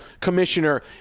commissioner